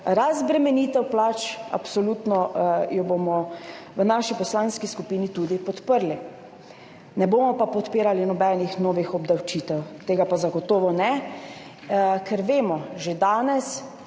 razbremenitev plač, jo bomo v naši poslanski skupini absolutno tudi podprli. Ne bomo pa podpirali nobenih novih obdavčitev, tega pa zagotovo ne, ker že danes